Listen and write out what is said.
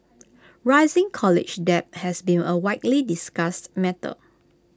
rising college debt has been A widely discussed matter